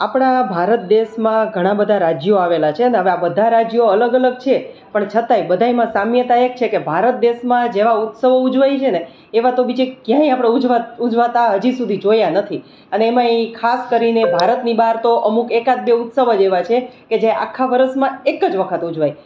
આપણા ભારત દેશમાં ઘણાં બધા રાજ્યો આવેલાં છે અને હવે આ બધાં રાજ્યો અલગ અલગ છે પણ છતાંય બધામાં સામ્યતા એક છે કે ભારત દેશમાં જેવા ઉત્સવો ઉજવાય છે ને એવા તો બીજે ક્યાંય આપણે ઉજવાતા હજી સુધી જોયા નથી અને એમાંય ખાસ કરીને ભારતની બહાર તો અમુક એકાદ બે ઉત્સવ જ એવા છે કે જે આખા વર્ષમાં એક જ વખત ઉજવાય